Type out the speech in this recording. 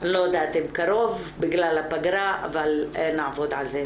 אני לא יודעת אם קרוב בגלל הפגרה אבל נעבוד על זה.